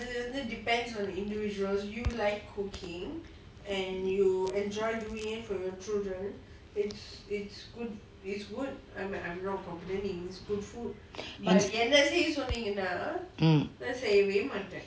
mm